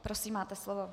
Prosím, máte slovo.